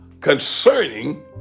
concerning